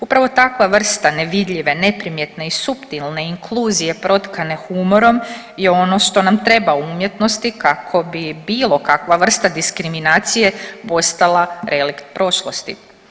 Upravo takva vrsta nevidljive, neprimjetne i suptilne inkluzije protkane humorom je ono što nam treba u umjetnosti kako bi bilo kakva vrsta diskriminacije postala relikt prošlosti.